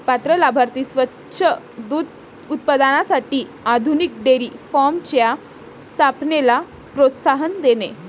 पात्र लाभार्थी स्वच्छ दूध उत्पादनासाठी आधुनिक डेअरी फार्मच्या स्थापनेला प्रोत्साहन देणे